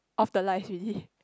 off the lights already